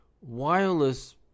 wireless